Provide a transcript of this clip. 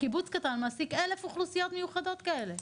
קיבוץ קטן מעסיק 1,000 אוכלוסיות מיוחדות כאלה.